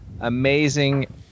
amazing